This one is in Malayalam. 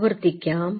ആവർത്തിക്കാം